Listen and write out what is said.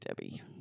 Debbie